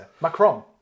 Macron